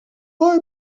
pas